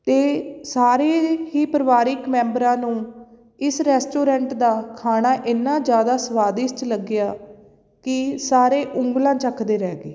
ਅਤੇ ਸਾਰੇ ਹੀ ਪਰਿਵਾਰਿਕ ਮੈਂਬਰਾਂ ਨੂੰ ਇਸ ਰੈਸਟੋਰੈਂਟ ਦਾ ਖਾਣਾ ਇੰਨਾ ਜ਼ਿਆਦਾ ਸਵਾਦਿਸ਼ਟ ਲੱਗਿਆ ਕਿ ਸਾਰੇ ਉਂਗਲਾਂ ਚੱਖਦੇ ਰਹਿ ਗਏ